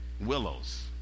willows